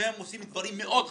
שניהם עושים דברים מאוד חשובים.